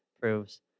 proves